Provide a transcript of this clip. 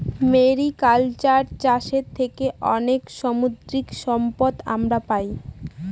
mariculture চাষের থেকে অনেক সামুদ্রিক সম্পদ আমরা পাই